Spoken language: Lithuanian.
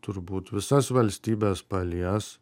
turbūt visas valstybes palies